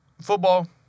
football